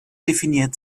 definiert